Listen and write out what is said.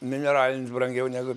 mineralinis brangiau negu